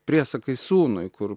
priesakai sūnui kur